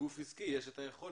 לגוף עסקי יש את היכולת